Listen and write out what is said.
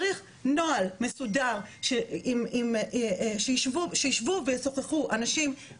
צריך נוהל מסודר שישבו וישוחחו אנשים